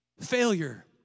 failure